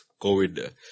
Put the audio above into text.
COVID